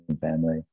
family